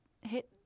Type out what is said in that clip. hit